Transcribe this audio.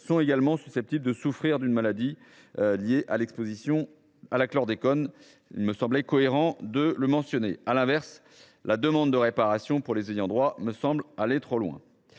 sont également susceptibles de souffrir d’une maladie liée à l’exposition au chlordécone. Il me semblait cohérent de le mentionner. À l’inverse, la demande de réparation pour les ayants droit me semble aller trop loin.